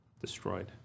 destroyed